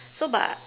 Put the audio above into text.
so but